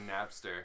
Napster